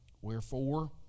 Wherefore